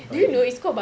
buggy